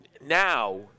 now